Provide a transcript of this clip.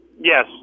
Yes